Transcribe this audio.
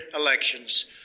elections